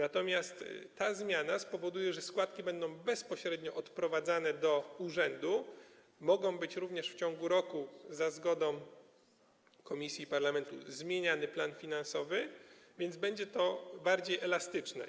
A ta zmiana spowoduje, że składki będą bezpośrednio odprowadzane do urzędu, może być również w ciągu roku za zgodą komisji i parlamentu zmieniany plan finansowy, więc będzie to bardziej elastyczne.